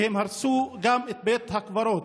שהם הרסו גם את בית הקברות.